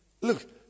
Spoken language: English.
look